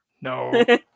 No